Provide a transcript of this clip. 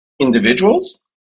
individuals